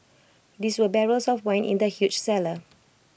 there were barrels of wine in the huge cellar